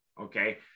okay